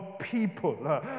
people